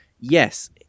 yes